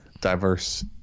diverse